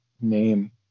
Name